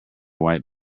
white